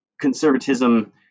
conservatism